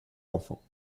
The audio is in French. enfants